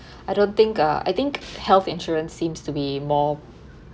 I don't think uh I think health insurance seems to be more